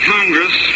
Congress